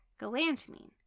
galantamine